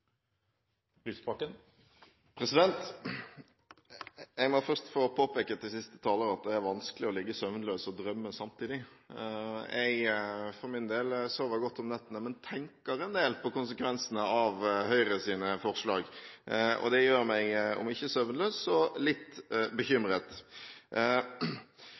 at det er vanskelig å ligge søvnløs og drømme samtidig. Jeg, for min del, sover godt om nettene, men tenker en del på konsekvensene av Høyres forslag, og det gjør meg – om ikke søvnløs – litt bekymret.